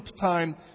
time